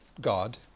God